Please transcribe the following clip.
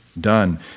done